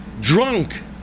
drunk